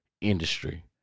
industry